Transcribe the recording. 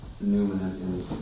Newman